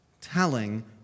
telling